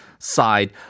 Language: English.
side